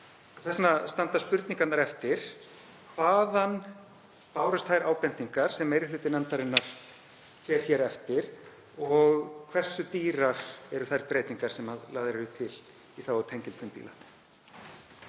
vegna standa spurningarnar eftir: Hvaðan bárust þær ábendingar sem meiri hluti nefndarinnar fer hér eftir og hversu dýrar eru þær breytingar sem lagðar eru til í þágu tengiltvinnbíla?